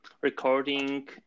recording